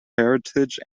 heritage